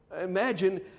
imagine